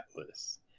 Atlas